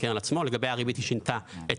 לקרן עצמה; לגבי הריבית היא שינתה את